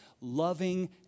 loving